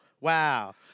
wow